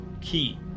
key